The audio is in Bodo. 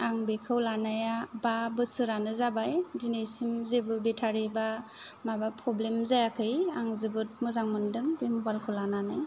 आं बेखौ लानाया बा बोसोरानो जाबाय दिनैसिम जेबो बेटारि बा माबा प्रब्लेम जायाखै आं जोबोद मोजां मोनदों बे मबाइल खौ लानानै